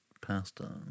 pasta